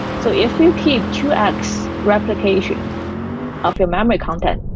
so if you keep two x replication of your memory content,